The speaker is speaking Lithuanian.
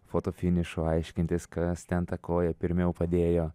fotofinišu aiškintis kas ten tą koją pirmiau padėjo